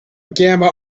gamma